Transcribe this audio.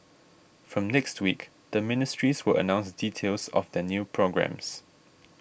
from next week the ministries will announce details of their new programmes